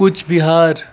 Cooch Behar